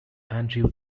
andrew